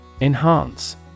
Enhance